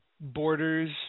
Borders